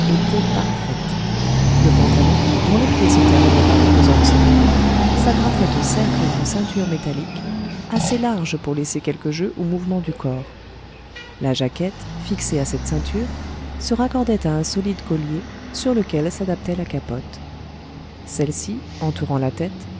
était parfaite le pantalon dont les pieds se terminaient par de pesantes semelles s'agrafait au cercle d'une ceinture métallique assez large pour laisser quelque jeu aux mouvements du corps la jaquette fixée à cette ceinture se raccordait à un solide collier sur lequel s'adaptait la capote celle-ci entourant la tête